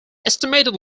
estimated